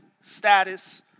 status